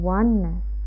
oneness